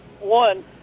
One